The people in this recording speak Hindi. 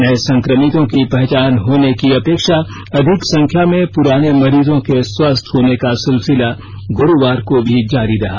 नए संक्रमितों की पहचान होने की अपेक्षा अधिक संख्या में पुराने मरीजों के स्वस्थ होने का सिलसिला गुरूवार को भी जारी रहा